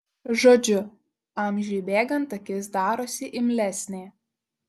žodžiu amžiui bėgant akis darosi imlesnė